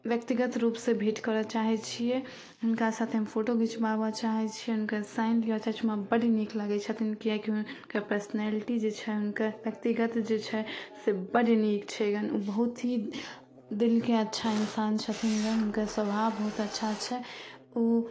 व्यक्तिगत रूपसे भेँट करऽ चाहै छिए हुनका साथे हम फोटो घिचबाबऽ चाहै छिए हुनकर साइन लिअऽ चाहै छिए ओ हमरा बड्ड नीक लागै छथिन किएकि हुनकर पर्सनैलिटी जे छै हुनकर व्यक्तिगत जे छै से बड्ड नीक छै गऽ ओ बहुत ही दिलके अच्छा इन्सान छथिन गऽ हुनकर स्वभाव बहुत अच्छा छै ओ